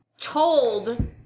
told